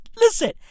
listen